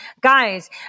guys